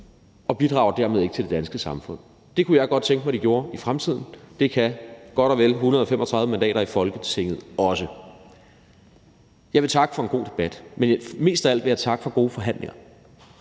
og bidrager dermed ikke til det danske samfund. Det kunne jeg godt tænke mig at de gjorde i fremtiden, og det kan godt og vel 135 mandater i Folketinget også. Jeg vil takke for en god debat, men mest af alt vil jeg takke for gode forhandlinger.